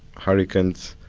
hurricanes,